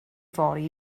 fory